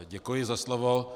Děkuji za slovo.